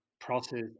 process